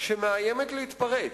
שמאיימת להתפרץ,